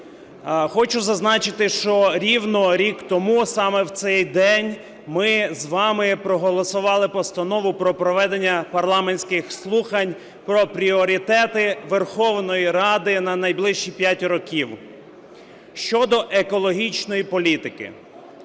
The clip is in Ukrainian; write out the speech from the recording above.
Хочу зазначити, що рівно рік тому саме в цей день ми з вами проголосували Постанову про проведення парламентських слухань про пріоритети Верховної Ради на найближчі п'ять років. Щодо екологічної політики.